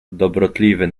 dobrotliwy